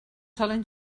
solen